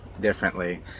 differently